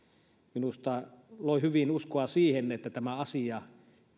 minusta loi hyvin uskoa siihen että tämä asia